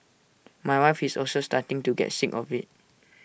my wife is also starting to get sick of IT